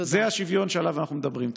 זה השוויון שעליו אנחנו מדברים.